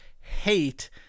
hate –